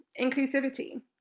Inclusivity